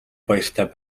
баяртай